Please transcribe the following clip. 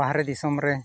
ᱵᱟᱦᱨᱮ ᱫᱤᱥᱚᱢᱨᱮ ᱪᱮᱫ